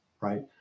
right